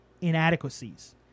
inadequacies